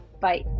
Bye